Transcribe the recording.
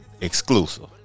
Exclusive